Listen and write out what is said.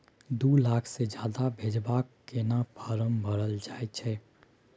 दू लाख से ज्यादा भेजबाक केना फारम भरल जाए छै?